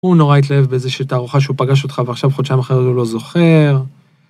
הוא נורא התלהב באיזושהי תערוכה שהוא פגש אותך ועכשיו חודשיים אחרי זה הוא לא זוכר.